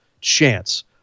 chance